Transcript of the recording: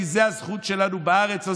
כי זו הזכות שלנו בארץ הזאת,